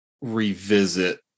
revisit